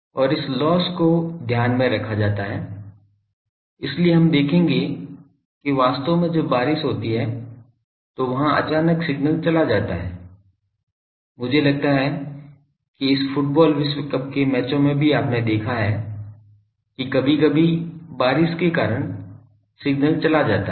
और इस लोस्स को ध्यान में रखा जाता है इसलिए हम देखेंगे कि वास्तव में जब बारिश होती है तो वहां अचानक सिग्नल चला जाता है मुझे लगता है कि इस फुटबॉल विश्व कप के मैचों में भी आपने देखा है कि कभी कभी बारिश के कारण सिग्नल चला जाता है